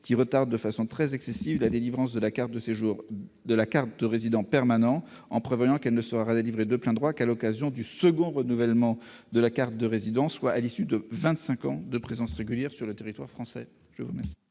qui retarde de façon tout à fait excessive la délivrance de la carte de résident permanent, en prévoyant qu'elle ne peut être délivrée de plein droit qu'à l'occasion du second renouvellement de la carte de résident, soit après vingt-cinq ans de présence régulière sur le territoire français.